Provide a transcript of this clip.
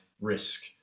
risk